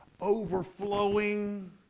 overflowing